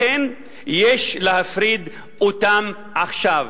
לכן יש להפריד אותם עכשיו.